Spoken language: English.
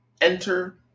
Enter